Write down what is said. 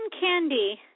Candy